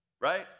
Right